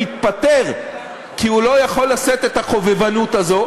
מתפטר כי הוא לא יכול לשאת את החובבנות הזו,